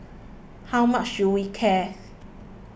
how much should we care